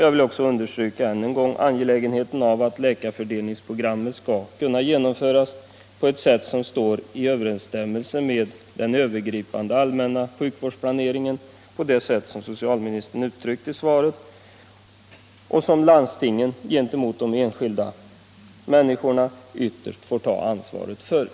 Jag vill också ännu en gång understryka angelägenheten av att läkarfördelningsprogrammet skall kunna genomföras på ett sätt som står i överensstämmelse med den övergripande allmänna sjukvårdsplaneringen — som socialministern redogjorde för i sitt svar — så att landstinget ytterst kan svara för genomförandet gentemot de enskilda människorna.